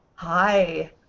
Hi